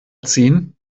ziehen